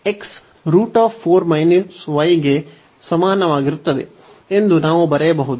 x √ ಗೆ ಸಮಾನವಾಗಿರುತ್ತದೆ ಎಂದು ನಾವು ಬರೆಯಬಹುದು